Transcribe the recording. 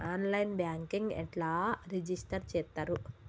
On line banking ఎట్లా register చేత్తరు?